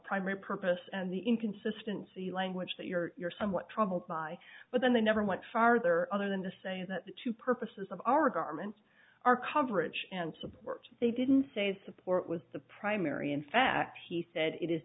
primary purpose and the inconsistency language that you're somewhat troubled by but then they never went farther other than to say that the two purposes of our government are coverage and support they didn't say support was the primary in fact he said it is